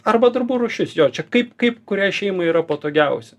arba darbų rūšis jau čia kaip kaip kuriai šeimai yra patogiausia